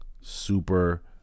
super